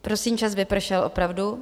Prosím čas vypršel, opravdu.